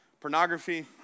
pornography